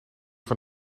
van